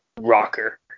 rocker